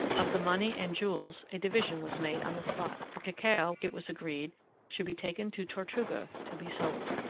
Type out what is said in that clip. of the money and jewels a division was made on the spot. the cacao it was agreed should be taken to tortuga to be sold.